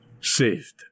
saved